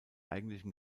eigentlichen